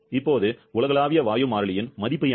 இப்போது உலகளாவிய வாயு மாறிலியின் மதிப்பு என்ன